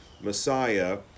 Messiah